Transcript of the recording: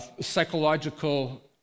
psychological